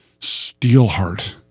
Steelheart